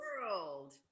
World